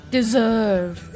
Deserve